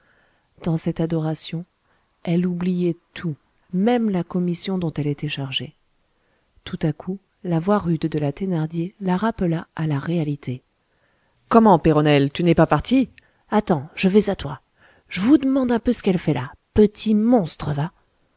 dans cette adoration elle oubliait tout même la commission dont elle était chargée tout à coup la voix rude de la thénardier la rappela à la réalité comment péronnelle tu n'es pas partie attends je vais à toi je vous demande un peu ce qu'elle fait là petit monstre va